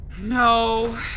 No